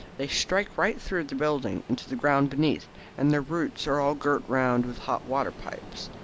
they strike right through the building into the ground beneath, and their roots are all girt round with hot-water pipes.